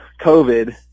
COVID